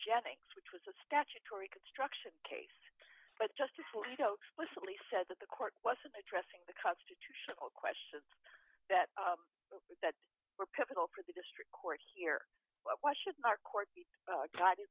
jennings which was a statutory construction case but justice alito explicitly said that the court wasn't addressing the constitutional questions that were pivotal for the district court here why should our court